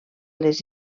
les